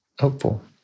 hopeful